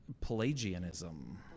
Pelagianism